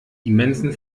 immensen